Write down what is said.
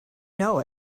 know